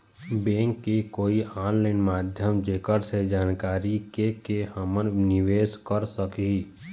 Bank के कोई online माध्यम जेकर से जानकारी के के हमन निवेस कर सकही?